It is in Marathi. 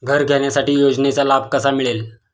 घर घेण्यासाठी योजनेचा लाभ कसा मिळेल?